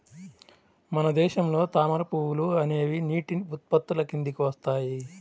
మన దేశంలో తామర పువ్వులు అనేవి నీటి ఉత్పత్తుల కిందికి వస్తాయి